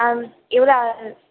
ஆ இவ்வளோ